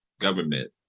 government